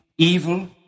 Evil